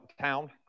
town